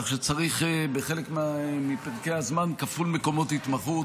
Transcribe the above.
כך שצריך בחלק מפרקי הזמן כפול מקומות התמחות.